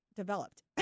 developed